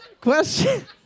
Question